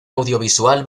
audiovisual